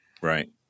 Right